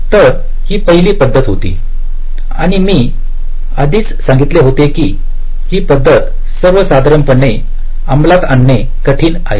तर ही पहिली पद्धत होती आणि मी आधीच सांगितले होते की ही पद्धत सर्वसाधारणपणे अंमलात आणणे कठीण आहे